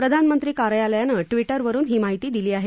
प्रधानमंत्री कार्यालयानं ट्विटरवरून ही माहिती दिली आहे